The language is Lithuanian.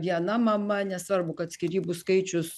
viena mama nesvarbu kad skyrybų skaičius